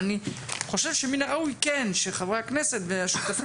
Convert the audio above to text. אבל אני חושב שראוי שחברי הכנסת והשותפים